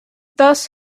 thus